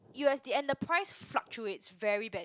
U_S_D and the price fluctuates very badly